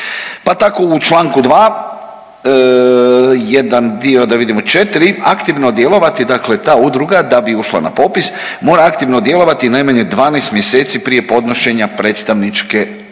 Pa tako u čl. 2. jedan dio da vidimo, četri aktivno djelovati dakle ta udruga da bi ušla na popis mora aktivno djelovati najmanje 12 mjeseci prije podnošenja predstavničke tužbe.